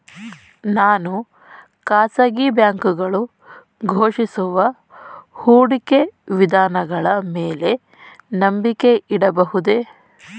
ನಾನು ಖಾಸಗಿ ಬ್ಯಾಂಕುಗಳು ಘೋಷಿಸುವ ಹೂಡಿಕೆ ವಿಧಾನಗಳ ಮೇಲೆ ನಂಬಿಕೆ ಇಡಬಹುದೇ?